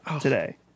today